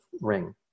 ring